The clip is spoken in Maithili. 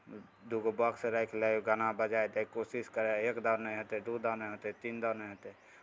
दू गो बॉक्स राखि लए गाना बजाए कऽ कोशिश करय एक दान नहि हेतै दू दाने हेतै तीन दाने हेतै